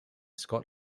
scott